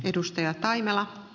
arvoisa puhemies